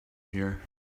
here